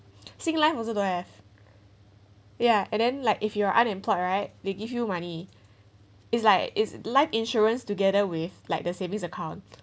singlife also don't have ya and then like if you are unemployed right they give you money is like is life insurance together with like the savings account